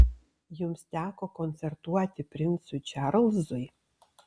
jums teko koncertuoti princui čarlzui